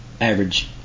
average